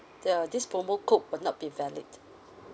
the this promo code will not be valid